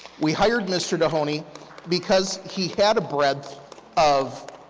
we hired mr. dohoney because he had a breadth of